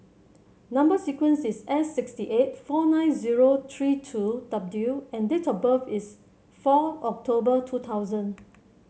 number sequence is S sixty eight four nine zero three two W and date of birth is four October two thousand